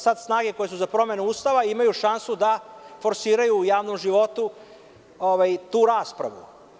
Sada snage koje su za promenu Ustava imaju šansu da forsiraju u javnom životu tu raspravu.